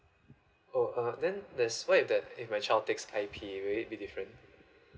oh uh then there's what if that if my child takes I_P will it be different